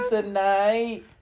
Tonight